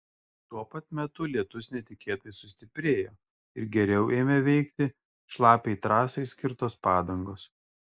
tuo pat metu lietus netikėtai sustiprėjo ir geriau ėmė veikti šlapiai trasai skirtos padangos